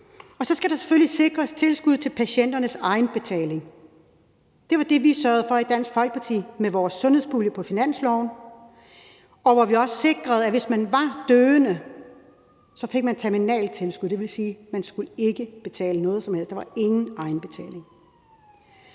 Og så skal der selvfølgelig sikres tilskud til patienternes egenbetaling. Det var det, vi i Dansk Folkeparti sørgede for med vores sundhedspulje på finansloven, hvor vi også sikrede, at hvis man var døende, fik man terminaltilskud; det vil sige, at man ikke skulle betale noget som helst, der var ingen egenbetaling.